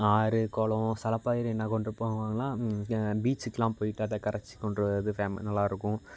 ஆறு குளம் சில பேர் என்ன கொண்டு போவாங்கலாம் பீச்சுக்குலாம் போய்ட்டு அதை கரைச்சி கொண்டு வர்றது ஃபேம நல்லாயிருக்கும்